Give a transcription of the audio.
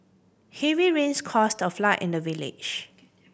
heavy rains caused a flood in the village